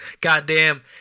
goddamn